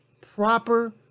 proper